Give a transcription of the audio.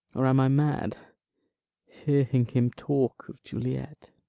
or am i mad, hearing him talk of juliet,